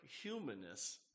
humanness